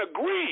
agree